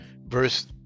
verse